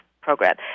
program